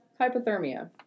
Hypothermia